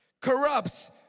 Corrupts